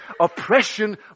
Oppression